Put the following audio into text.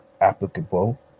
applicable